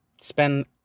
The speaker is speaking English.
spend